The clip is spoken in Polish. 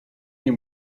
nie